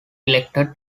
elected